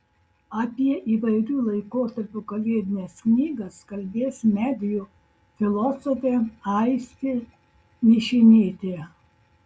apie įvairių laikotarpių kalėdines knygas kalbės medijų filosofė aistė mišinytė